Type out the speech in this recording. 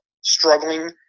struggling